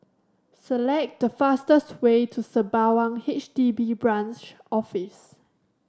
select the fastest way to Sembawang H D B Branch Office